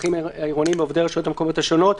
הפקחים העירוניים ועובדי הרשויות המקומיות השונות,